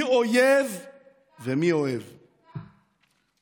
מי שרוצה להשמיד